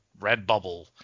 Redbubble